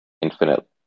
infinite